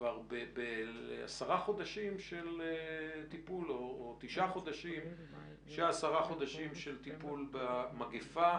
כבר ב-10 חודשים או 9 חודשים של טיפול במגיפה,